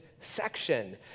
section